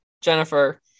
Jennifer